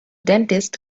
dentist